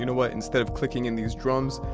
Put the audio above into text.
you know what? instead of clicking in these drums,